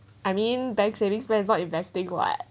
I mean bank savings then what investing [what]